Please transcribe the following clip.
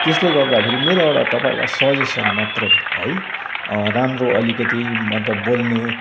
त्यसले गर्दा फेरि मेरो एउटा तपाईँलाई सजेसन मात्रै है राम्रो अलिकति मतलब बोल्ने